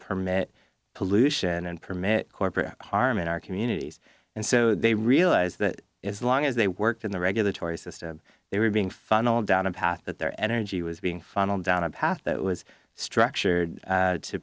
permit pollution and permit corporate harm in our communities and so they realize that as long as they worked in the regulatory system they were being funneled down a path that their energy was being funneled down a path that was structured